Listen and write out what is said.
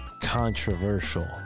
controversial